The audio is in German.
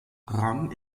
rang